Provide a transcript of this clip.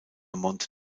monte